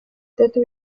dydw